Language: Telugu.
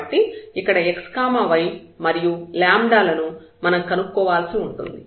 కాబట్టి ఇక్కడ x y మరియు లను మనం కనుక్కోవాల్సి ఉంటుంది